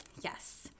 Yes